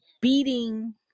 beating